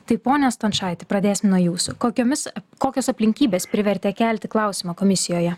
tai pone stončaiti pradėsim nuo jūsų kokiomis kokios aplinkybės privertė kelti klausimą komisijoje